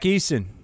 Eason